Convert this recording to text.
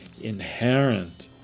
inherent